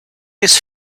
his